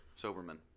soberman